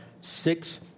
six